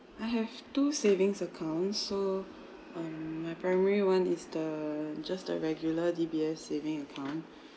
I have two savings account so um my primary one is the just the regular D_B_S saving account